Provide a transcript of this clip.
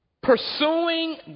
Pursuing